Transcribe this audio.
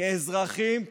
כאזרחים תורמים,